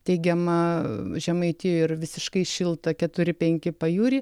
teigiama žemaitijoj yra visiškai šilta keturi penki pajūry